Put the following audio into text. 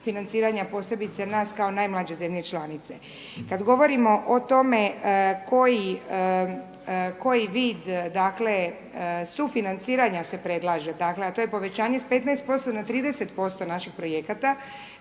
financiranja posebice nas kao najmlađe zemlje članice. Kad govorimo o tome koji vid dakle sufinanciranja se predlaže, a to je povećanje s 15% na 30% naših projekata,